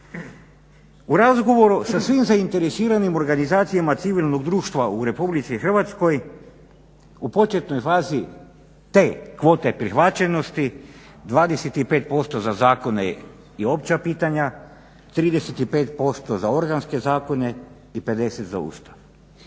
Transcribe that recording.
U razgovoru sa svim zainteresiranim organizacijama civilnog društva u Republici Hrvatskoj u početnoj fazi te kvote prihvaćenosti 25% za zakone i opća pitanja, 35% za organske zakone i 50 za Ustav.